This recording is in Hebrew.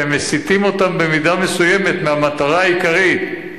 והם מסיטים אותם במידה מסוימת מהמטרה העיקרית.